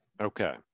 Okay